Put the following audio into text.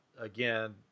again